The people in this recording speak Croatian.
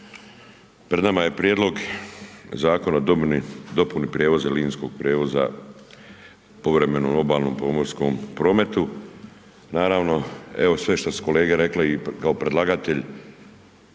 pred nama je Prijedlog Zakona o dopuni prijevoza, linijskog prijevoza povremenom obalnom pomorskom prometu. Naravno evo sve što su kolege rekle i kao predlagatelj,